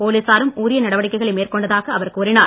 போலீசாரும் உரிய நடவடிக்கைகளை மேற்கொண்டதாக அவர் கூறினார்